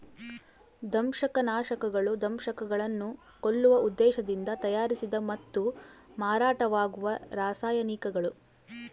ದಂಶಕನಾಶಕಗಳು ದಂಶಕಗಳನ್ನು ಕೊಲ್ಲುವ ಉದ್ದೇಶದಿಂದ ತಯಾರಿಸಿದ ಮತ್ತು ಮಾರಾಟವಾಗುವ ರಾಸಾಯನಿಕಗಳು